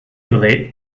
vrai